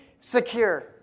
secure